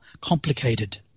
complicated